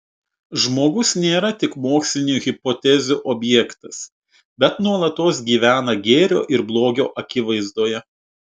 žmogus nėra tik mokslinių hipotezių objektas bet nuolatos gyvena gėrio ir blogio akivaizdoje